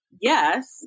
Yes